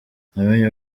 namenye